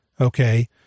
okay